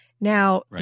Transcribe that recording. Now